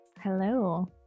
Hello